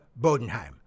Bodenheim